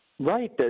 Right